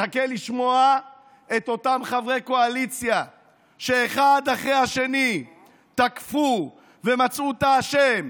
מחכה לשמוע את אותם חברי קואליציה שאחד אחרי השני תקפו ומצאו את האשם,